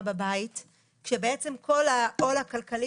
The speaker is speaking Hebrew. אבל התפתח לה הדיכאון החמור,